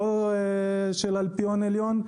לא של האלפיון העליון,